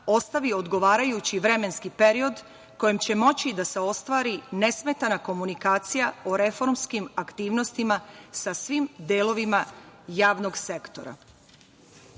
ostavi odgovarajući vremenski period kojim će moći da se ostvari nesmetana komunikacija o reformskim aktivnostima sa svim delovima javnog sektora. Usled